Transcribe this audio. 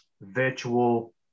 virtual